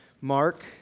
Mark